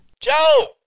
Joe